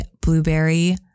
blueberry